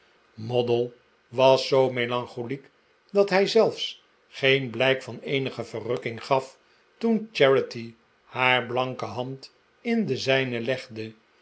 moddle was zoo melancholiek dat hij zelfs geen blijk van eenige verrukking gaf toen charity haar blanke hand in de zijne legde